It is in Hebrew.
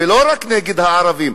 ולא רק נגד הערבים,